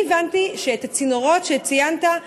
אני הבנתי שאת הצינורות שציינת,